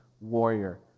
warrior